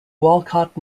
walcott